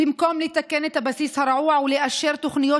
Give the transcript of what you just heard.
במקום לתקן את הבסיס הרעוע ולאשר תוכניות